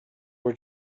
were